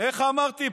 איך אמרתי?